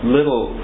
Little